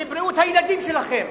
על בריאות הילדים שלכם.